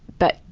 but,